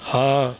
ਹਾਂ